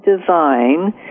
design